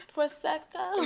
Prosecco